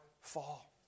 fall